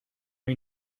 hay